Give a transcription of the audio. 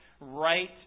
right